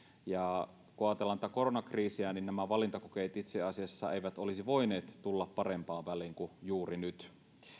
ja kun ajatellaan tätä koronakriisiä niin nämä valintakokeet itse asiassa eivät olisi voineet tulla parempaan väliin kuin juuri nyt